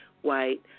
white